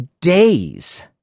days